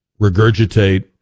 regurgitate